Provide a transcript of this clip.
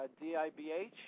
D-I-B-H